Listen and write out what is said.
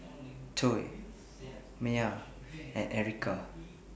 Coy Myah and Ericka